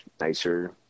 nicer